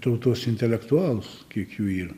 tautos intelektualus kiek jų yr